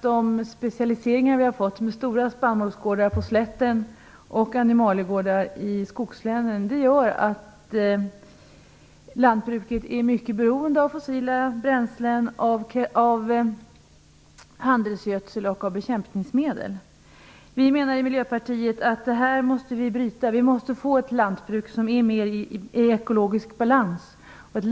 De specialiseringar som vi fått, med stora spannmålsgårdar på slätten och animaliegårdar i skogslänen, gör att lantbruket är mycket beroende av fossila bränslen, handelsgödsel och bekämpningsmedel. Vi menar i Miljöpartiet att vi måste bryta detta. Vi måste få ett lantbruk som är i ekologisk balans och